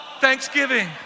Thanksgiving